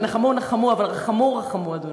נחמו נחמו, אבל רחמו רחמו, אדוני.